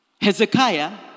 Hezekiah